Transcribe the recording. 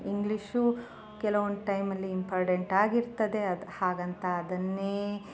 English ಕೆಲವೊಂದು ಟೈಮಲ್ಲಿ important ಆಗಿರ್ತದೆ ಅದು ಹಾಗಂತ ಅದನ್ನೇ